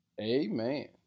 amen